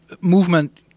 Movement